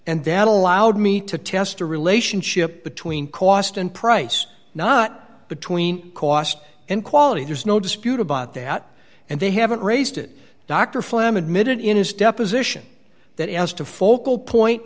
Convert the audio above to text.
and that allowed me to test a relationship between cost and price not between cost and quality there's no dispute about that and they haven't raised it dr fleming admitted in his deposition that as to focal point